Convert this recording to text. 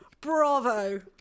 Bravo